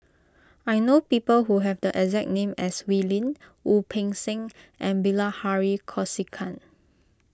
I know people who have the exact name as Wee Lin Wu Peng Seng and Bilahari Kausikan